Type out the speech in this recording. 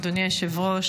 אדוני היושב-ראש,